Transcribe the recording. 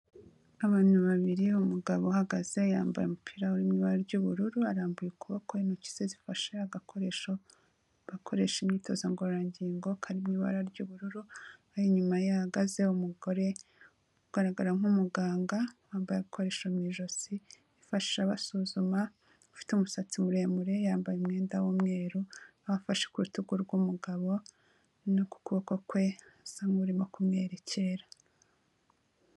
Abantu babiri, umugabo uhagaze yambaye umupira ufite ibara ry'ubururu, arambuye ukuboko, intoki ze zifashe agakoresho bakoresha imyitozo ngororangingo kari mu ibara ry'ubururu, ari inyuma yahagaze, umugore ugaragara nk'umuganga, wambaye agakoresho mu ijosi, bifashisha basuzuma, ufite umusatsi muremure, yambaye umwenda w'umweru, afashe ku rutugu rw'umugabo, n'ukuboko kwe, asa naho arimo kumwerekera.